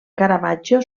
caravaggio